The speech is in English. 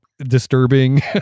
Disturbing